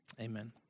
Amen